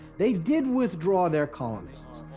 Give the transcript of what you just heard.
they did withdraw their colonists,